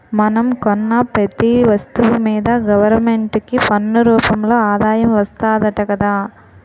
మనం కొన్న పెతీ ఒస్తువు మీదా గవరమెంటుకి పన్ను రూపంలో ఆదాయం వస్తాదట గదా